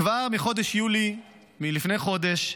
כבר מחודש יולי, מלפני חודש,